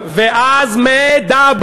ואז מה אתה רוצה לעשות?